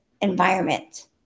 environment